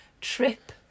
trip